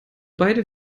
beide